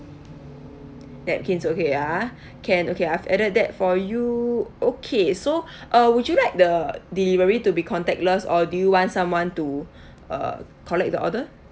napkins okay ah can okay I've added that for you okay so uh would you like the delivery to be contactless or do you want someone to uh collect the order